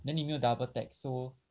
then 你没有 double text so